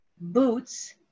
boots